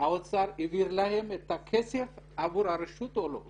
האוצר העביר להם את הכסף עבור הרשות או לא.